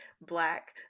Black